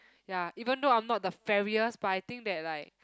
ya even though I'm not the fairest but I think that like